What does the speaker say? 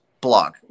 blog